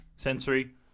Sensory